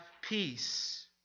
peace